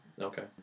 Okay